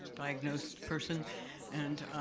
diagnosed person and